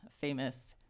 famous